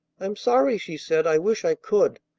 i'm sorry, she said. i wish i could.